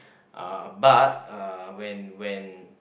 uh but uh when when